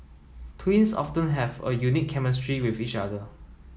twins often have a unique chemistry with each other